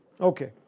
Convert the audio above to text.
Okay